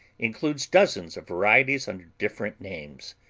includes dozens of varieties under different names,